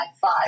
five